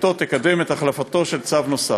שחקיקתו תקדם את החלפתו של צו נוסף.